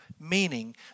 Meaning